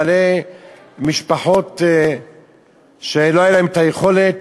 בעלי משפחות שלא הייתה להם היכולת,